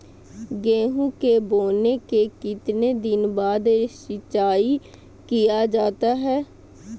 गेंहू के बोने के कितने दिन बाद सिंचाई किया जाता है?